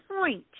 point